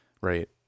right